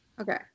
Okay